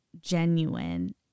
genuine